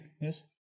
Yes